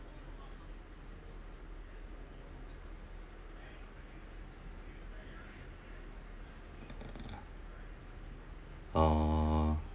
oh